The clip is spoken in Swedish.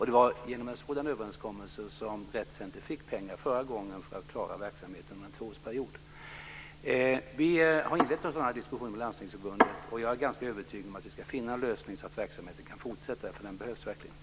Det var genom en sådan överenskommelse som Rett Center förra gången fick pengar för att klara verksamheten under en tvåårsperiod. Vi har inlett en sådan här diskussion med Landstingsförbundet, och jag är ganska övertygad om att vi ska finna en lösning så att verksamheten kan fortsätta. Den behövs verkligen.